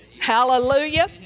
Hallelujah